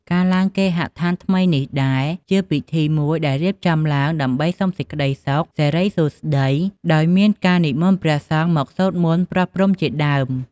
ការឡើងគេហដ្ឋានថ្មីនេះដែរ ជាពិធីមួយដែលរៀបចំឡើងដើម្បីសុំសេចក្ដីសុខ សេរីសួស្ដី ដោយមានការនិមន្តព្រះសង្ឃមកសូត្រមន្តប្រោះព្រំជាដើម។